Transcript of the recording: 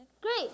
Great